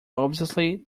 obviously